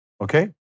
Okay